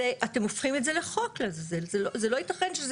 אתם הופכים את זה לחוק לעזאזל, זה לא ייתכן.